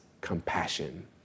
compassion